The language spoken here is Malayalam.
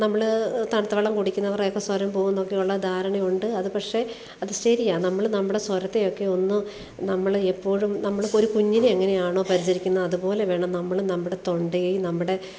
നമ്മൾ തണുത്ത വെള്ളം കുടിക്കുന്നവരുടെയൊക്കെ സ്വരം പോകുമെന്നൊക്കെയുള്ള ധാരണയുണ്ട് അതുകൊണ്ട് അത് പക്ഷേ അത് ശരിയാണ് നമ്മൾ നമ്മുടെ സ്വരത്തെയൊക്കെ ഒന്ന് നമ്മൾ എപ്പോഴും നമ്മൾ ഒരു കുഞ്ഞിനെ എങ്ങനെയാണോ പരിചരിക്കുന്നത് അതുപോലെ വേണം നമ്മൾ നമ്മുടെ തൊണ്ടയെയും നമ്മുടെ